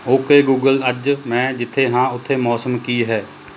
okay Google ਅੱਜ ਮੈਂ ਜਿੱਥੇ ਹਾਂ ਉੱਥੇ ਮੌਸਮ ਕੀ ਹੈ